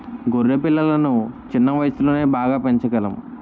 గొర్రె పిల్లలను చిన్న వయసులోనే బాగా పెంచగలం